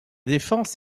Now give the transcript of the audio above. défense